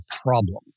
problem